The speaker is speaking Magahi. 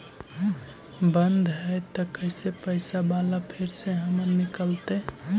बन्द हैं त कैसे पैसा बाला फिर से हमर निकलतय?